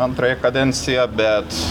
antrąją kadenciją bet